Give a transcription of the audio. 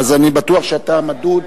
אז אני בטוח שאתה מדוד.